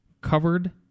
covered